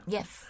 Yes